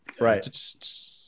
Right